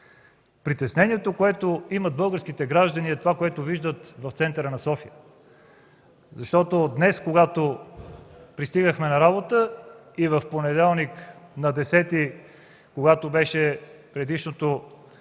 Притеснението на българските граждани е от това, което виждат в центъра на София. Днес, когато пристигахме на работа, и в понеделник – 10-и, когато беше предишното